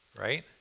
Right